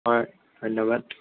হয় ধন্যবাদ